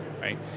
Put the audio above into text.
right